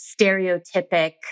stereotypic